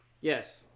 Yes